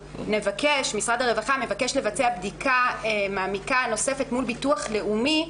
משרד הרווחה מבקש לבצע בדיקה מעמיקה נוספת מול ביטוח לאומי,